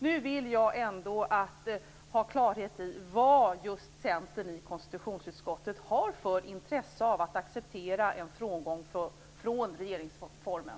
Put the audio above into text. Nu vill jag ändå ha klarhet i vad just Centern i konstitutionsutskottet har för intresse av att acceptera att man frångår regeringsformen.